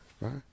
right